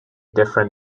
different